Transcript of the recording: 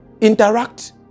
Interact